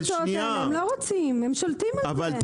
הם שולטים על זה.